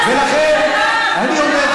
ולכן אני אומר,